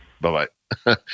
Bye-bye